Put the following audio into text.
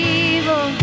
evil